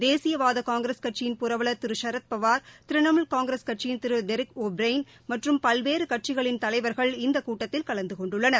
தேசியவாதகாங்கிரஸ் கட்சியின் புரவல் திருசரத்பவார் திரிணமூல் காங்கிரஸ் கட்சியின் திருபெரிக் ஒ ப்ரயன் மற்றம் பல்வேறுகட்சிகளின் தலைவர்கள் இந்தகூட்டத்தில் கலந்துகொண்டுள்ளனர்